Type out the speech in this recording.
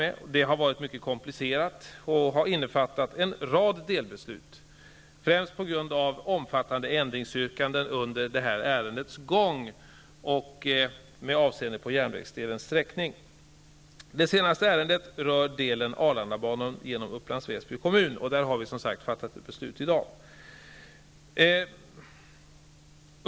Detta ärende är mycket komplicerat och innefattar en rad delbeslut, främst på grund av omfattande ändringsyrkanden under ärendets gång avseende järnvägsdelens sträckning. Det senaste ärendet rör delen Arlandabanan genom Upplands Väsbys kommun. I det fallet har vi som sagt fattat ett beslut i dag.